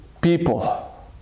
people